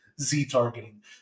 Z-targeting